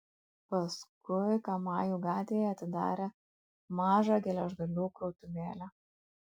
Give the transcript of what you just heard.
paskui kamajų gatvėje atidarė mažą geležgalių krautuvėlę